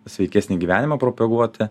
sveikesnį gyvenimą propaguoti